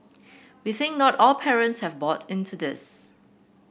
we think not all parents have bought into this